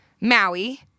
Maui